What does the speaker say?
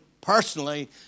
personally